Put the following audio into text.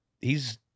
He's-